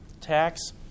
tax